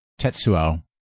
Tetsuo